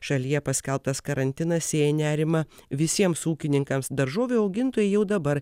šalyje paskelbtas karantinas sėja nerimą visiems ūkininkams daržovių augintojai jau dabar